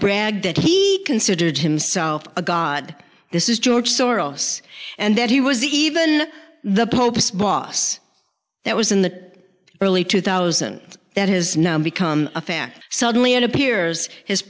bragged that he considered himself a god this is george soros and that he was even the pope's boss that was a that early two thousand that has now become a fact suddenly it appears his